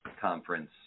conference